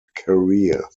career